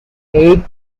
eight